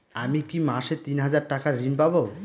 আমি কি মাসে তিন হাজার টাকার ঋণ পাবো?